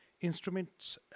Instruments